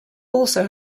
also